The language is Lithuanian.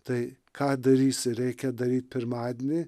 tai ką darysi reikia daryt pirmadienį